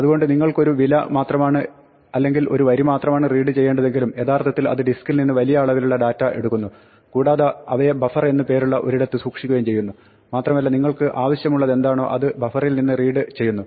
അതുകൊണ്ട് നിങ്ങൾക്ക് ഒരു വില മാത്രമാണ് അല്ലെങ്കിൽ ഒരു വരി മാത്രമാണ് റീഡ് ചെയ്യേണ്ടതെങ്കിലും യഥാർത്ഥത്തിൽ അത് ഡിസ്ക്കിൽ നിന്ന് വലിയ അളവിലുള്ള ഡാറ്റ എടുക്കുന്നു കൂടാതെ അവയെ ബഫർ എന്ന് പേരുള്ള ഒരിടത്ത് സൂക്ഷിക്കുകയും ചെയ്യുന്നു മാത്രമല്ല നിങ്ങൾക്ക് ആവശ്യമുള്ളതെന്താണോ അത് ബഫറിൽ നിന്ന് റീഡ് ചെയ്യുന്നു